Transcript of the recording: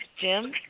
Jim